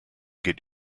geht